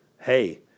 Hey